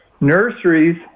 Nurseries